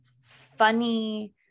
funny